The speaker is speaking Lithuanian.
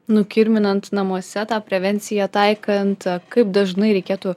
nukirsdinant namuose tą prevenciją taikant kaip dažnai reikėtų